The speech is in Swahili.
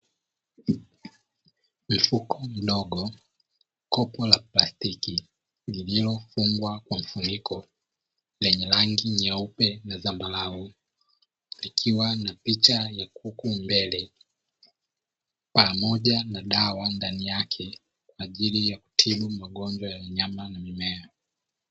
Mfuko mdogo, kopo la plastiki lililofungwa na mfuniko lenye rangi nyeupe na zambarau, likiwa na picha ya kuku mbele pamoja na dawa ndani yake kwa ajili ya kutibu magonjwa ya wanyama na mimea.